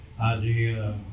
idea